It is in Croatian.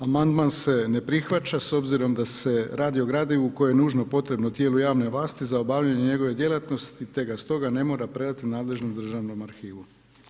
Amandman se ne prihvaća s obzirom da se radi o gradivu koje je nužno potrebno tijelu javne vlasti za obavljanje njegove djelatnosti te ga stoga ne mora predati nadležnom državnom arhivu.